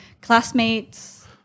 classmates